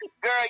Girl